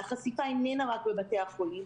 החשיפה איננה רק בבתי החולים.